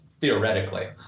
theoretically